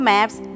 Maps